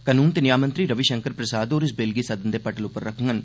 कानून ते न्या मंत्री रवि शंकर प्रसाद होर इस बिल गी सदन दे पटल पर रक्खडन